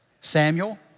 Samuel